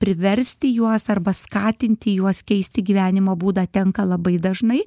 priversti juos arba skatinti juos keisti gyvenimo būdą tenka labai dažnai